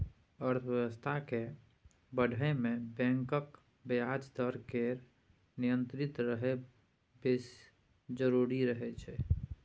अर्थबेबस्था केँ बढ़य मे बैंकक ब्याज दर केर नियंत्रित रहब बेस जरुरी रहय छै